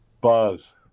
Buzz